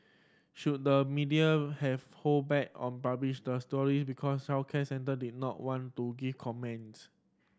should the media have hold back on publish the story because our did not want to give comments